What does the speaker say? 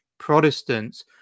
Protestants